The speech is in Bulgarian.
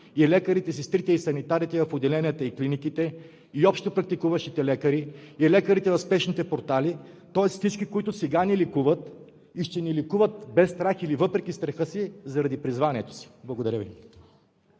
и лекарите, сестрите и санитарите в отделенията и клиниките, и общопрактикуващите лекари, и лекарите в спешните портали, тоест всички, които сега ни лекуват, и ще ни лекуват без страх или въпреки страха си, заради призванието си. Благодаря Ви.